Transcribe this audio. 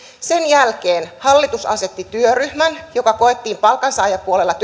sen jälkeen hallitus asetti työttömyysturvaa leikkaavan työryhmän joka koettiin palkansaajapuolella